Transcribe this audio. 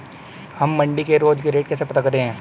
हम मंडी के रोज के रेट कैसे पता करें?